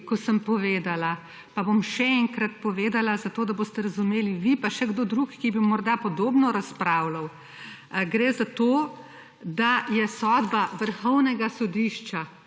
ko sem povedala, pa bom še enkrat povedala zato, da boste razumeli vi, pa še kdo drug, ki bi morda podobno razpravljal. Gre za to, da je sodba Vrhovnega sodišča,